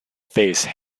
face